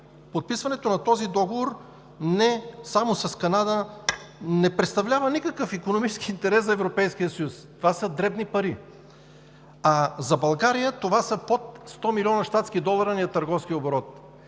подписването на този договор не само с Канада не представлява никакъв икономически интерес за Европейския съюз. Това са дребни пари. За България това са под 100 милиона щатски долара – търговския ни оборот.